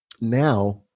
Now